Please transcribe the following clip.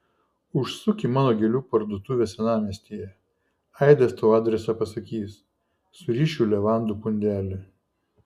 užsuk į mano gėlių parduotuvę senamiestyje aidas tau adresą pasakys surišiu levandų pundelį